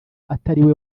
atariwe